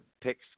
picks